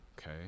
Okay